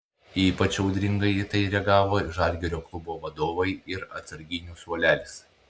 ypač audringai į tai reagavo žalgirio klubo vadovai ir atsarginių suolelis